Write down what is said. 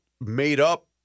made-up